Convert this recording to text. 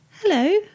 Hello